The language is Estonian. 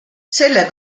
selle